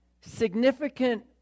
significant